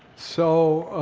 so